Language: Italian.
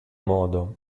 modo